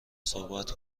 صحبت